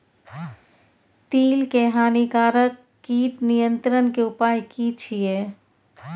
तिल के हानिकारक कीट नियंत्रण के उपाय की छिये?